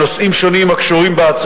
בסופו של דבר אותם אנשים משלמים את המחיר.